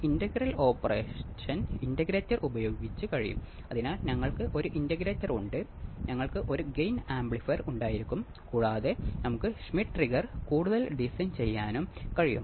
RC phase shift oscillator എങ്ങനെ രൂപകൽപ്പന ചെയ്യാമെന്ന് നമുക്ക് ഇപ്പോൾ മനസിലാക്കാൻ കഴിയും